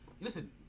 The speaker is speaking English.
listen